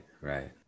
right